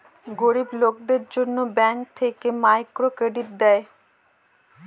গরিব লোকদের জন্য ব্যাঙ্ক থেকে মাইক্রো ক্রেডিট দেয়